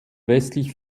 westlich